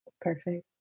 Perfect